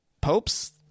Popes